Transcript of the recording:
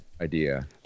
idea